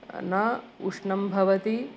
न उष्णं भवति